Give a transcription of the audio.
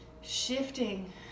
shifting